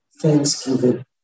thanksgiving